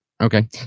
Okay